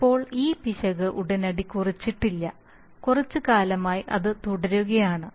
ഇപ്പോൾ ഈ പിശക് ഉടനടി കുറച്ചിട്ടില്ല കുറച്ച് കാലമായി ഇത് തുടരുകയാണ്